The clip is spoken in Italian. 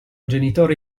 genitori